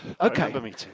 okay